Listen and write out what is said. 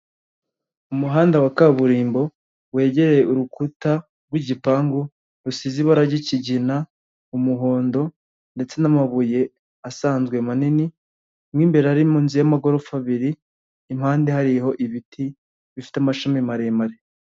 Umuhanda wa kaburimbo wegereye urukuta rw'igipangu rusize ibara ryikigina umuhondo ndetse n'mabuye asanzwe manini mw'immbere ari munsizu y'amagorofa abiri impande hariho ibiti bifite amashami maremare.